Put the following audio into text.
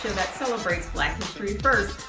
that celebrates black history firsts.